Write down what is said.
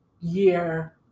year